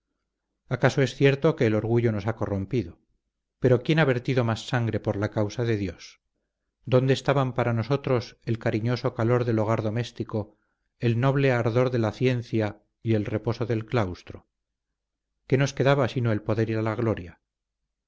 acaso es cierto que el orgullo nos ha corrompido pero quién ha vertido más sangre por la causa de dios dónde estaban para nosotros el cariñoso calor del hogar doméstico el noble ardor de la ciencia y el reposo del claustro qué nos quedaba sino el poder y la gloria